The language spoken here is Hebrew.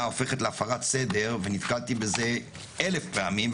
הופכת להפרת סדר ונתקלתי בזה אלף פעמים,